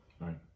Right